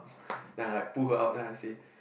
then I like pull her out then I say